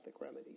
remedy